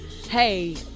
hey